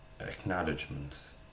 acknowledgements